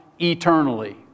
eternally